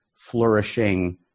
flourishing